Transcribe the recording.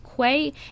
Quay